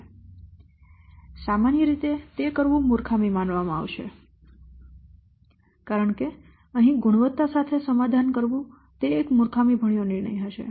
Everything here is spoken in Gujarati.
તેથી સામાન્ય રીતે તે કરવું મૂર્ખામી માનવામાં આવશે કારણ કે અહીં ગુણવત્તા સાથે સમાધાન કરવું તે એક મૂર્ખામીભર્યો નિર્ણય હશે